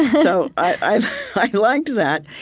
so i like liked that.